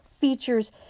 features